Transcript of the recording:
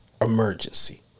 emergency